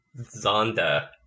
Zonda